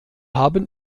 haben